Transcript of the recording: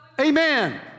Amen